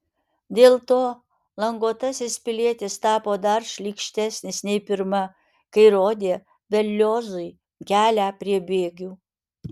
dėl to languotasis pilietis tapo dar šlykštesnis nei pirma kai rodė berliozui kelią prie bėgių